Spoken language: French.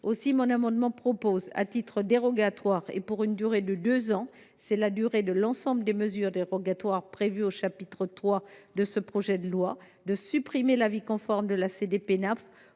Ainsi, nous proposons, à titre dérogatoire et pour une durée de deux ans – soit la durée de l’ensemble des mesures dérogatoires prévues au chapitre III du présent projet de loi – de supprimer l’avis conforme de la CDPENAF,